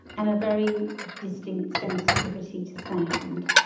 and a very distinct sensitivity to sound.